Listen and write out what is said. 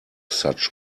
such